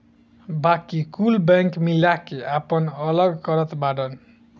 बाकी कुल बैंक मिला के आपन अलग करत बाड़न